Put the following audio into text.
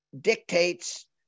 dictates